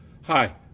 Hi